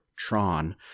Tron